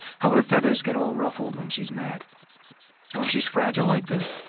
how her feathers get all ruffled when she's mad. and when she's fragile like this,